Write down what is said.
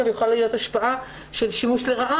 יכולה להיות גם השפעה של שימוש לרעה